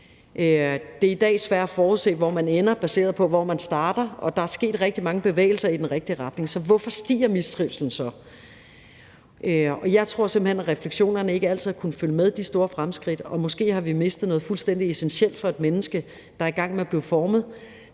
Det er i dag sværere at forudse, hvor man ender, baseret på, hvor man starter, og der er sket rigtig mange bevægelser i den rigtige retning. Så hvorfor stiger mistrivslen så? Jeg tror simpelt hen, at refleksionerne ikke altid har kunnet følge med de store fremskridt, og at vi måske har mistet noget fuldstændig essentielt for et menneske, der er i gang med at blive formet,